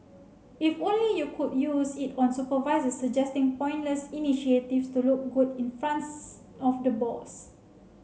if only you could use it on supervisors suggesting pointless initiatives to look good in fronts of the boss